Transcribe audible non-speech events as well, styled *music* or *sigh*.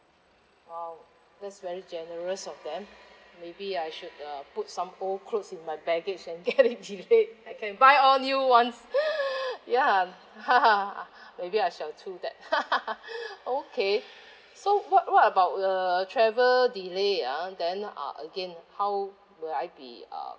!wow! that's very generous of them maybe I should uh put some old clothes in my baggage and get it delayed *laughs* I can buy all new ones *noise* ya *laughs* maybe I shall do that *laughs* okay so what what about uh travel delay ah then uh again how will I be uh